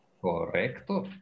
Correcto